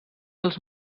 els